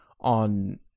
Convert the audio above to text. on